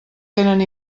tenen